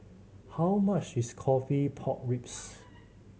how much is coffee pork ribs